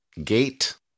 Gate